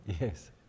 Yes